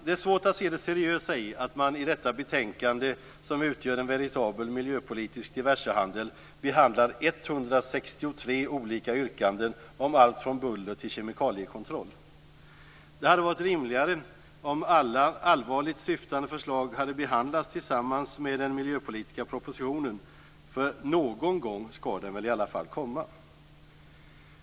Det är svårt att se det seriösa i att man i detta betänkande, som utgör en veritabel miljöpolitisk diversehandel, behandlar 163 olika yrkanden om allt från buller till kemikaliekontroll. Det hade varit rimligare om alla allvarligt syftande förslag hade behandlats tillsammans med den miljöpolitiska propositionen. För någon gång skall den väl komma?